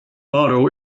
motto